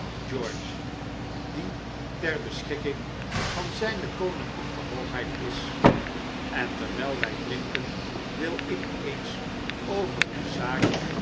george die ter beschikking van zijn koninklijke hoogheid is en terwijl wij drinken wil ik eens over een zaak